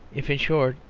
if, in short,